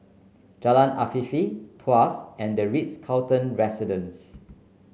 Jalan Afifi Tuas and the Ritz Carlton Residences